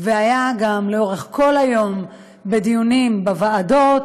והיו גם, לאורך כל היום, דיונים בוועדות,